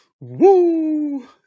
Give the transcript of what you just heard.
Woo